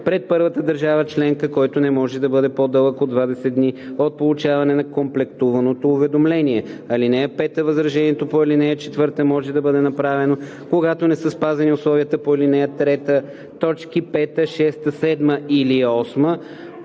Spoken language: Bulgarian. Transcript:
пред първата държава членка, който не може да бъде по-дълъг от 20 дни от получаване на комплектуваното уведомление. (5) Възражението по ал. 4 може да бъде направено, когато не са спазени условията по ал. 3, т. 5, 6, 7 или 8,